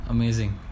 Amazing